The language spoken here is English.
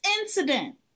incident